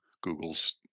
Google's